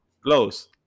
Close